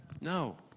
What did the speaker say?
No